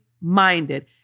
minded